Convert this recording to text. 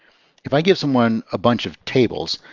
if i give someone a bunch of tables,